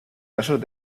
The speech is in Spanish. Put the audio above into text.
casos